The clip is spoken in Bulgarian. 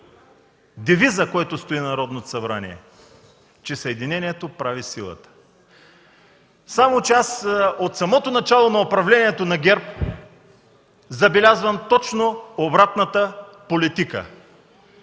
девиза, който стои на Народното събрание – че „Съединението прави силата”. Само че аз от самото начало на управлението на ГЕРБ забелязвам точно обратната политика